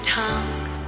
tongue